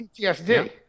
ptsd